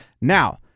Now